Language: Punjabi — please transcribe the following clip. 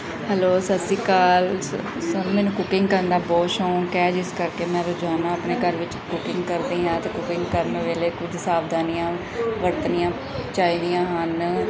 ਹੈਲੋ ਸਤਿ ਸ਼੍ਰੀ ਅਕਾਲ ਸ ਸਰ ਮੈਨੂੰ ਕੁਕਿੰਗ ਕਰਨ ਦਾ ਬਹੁਤ ਸ਼ੌਂਕ ਹੈ ਜਿਸ ਕਰਕੇ ਮੈਂ ਰੋਜ਼ਾਨਾ ਆਪਣੇ ਘਰ ਵਿੱਚ ਕੁਕਿੰਗ ਕਰਦੀ ਹਾਂ ਅਤੇ ਕੁਕਿੰਗ ਕਰਨ ਵੇਲੇ ਕੁਝ ਸਾਵਧਾਨੀਆਂ ਵਰਤਣੀਆਂ ਚਾਹੀਦੀਆਂ ਹਨ